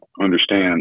understand